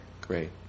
Great